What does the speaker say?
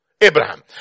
Abraham